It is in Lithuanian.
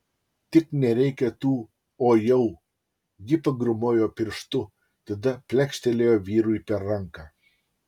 tik nereikia tų o jau ji pagrūmojo pirštu tada plekštelėjo vyrui per ranką